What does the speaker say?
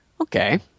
okay